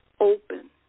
open